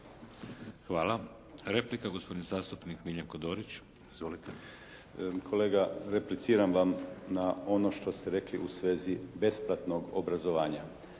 Hvala. Replika, gospodin zastupnik Miljenko Dorić. Izvolite. **Dorić, Miljenko (HNS)** Kolega, repliciram vam na ono što ste rekli u svezi besplatnog obrazovanja.